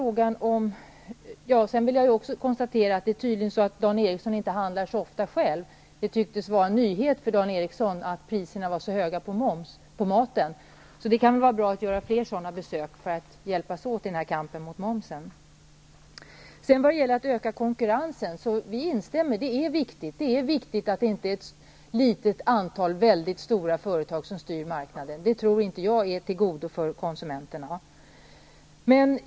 Jag kan konstatera att det tydligen är så att Dan Eriksson inte handlar så ofta själv. Det tycks vara en nyhet för Dan Eriksson att priserna på maten är så höga. Det kan vara bra att göra flera besök i butiker för att kunna hjälpas åt i kampen mot matmomsen. Vad gäller att öka konkurrensen instämmer vi i att det är viktigt att det inte bara är ett litet antal stora företag som styr marknaden. Det tror jag inte är till godo för konsumenterna.